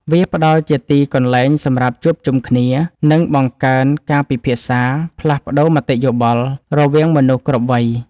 វាផ្ដល់ជាទីកន្លែងសម្រាប់ជួបជុំគ្នា និងបង្កើនការពិភាក្សាផ្លាស់ប្តូរមតិយោបល់រវាងមនុស្សគ្រប់វ័យ។